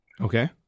Okay